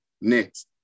next